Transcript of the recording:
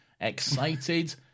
excited